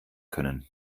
können